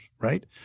right